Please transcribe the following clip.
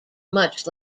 much